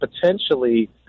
potentially